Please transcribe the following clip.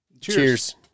Cheers